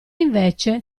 invece